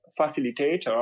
facilitator